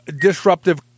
disruptive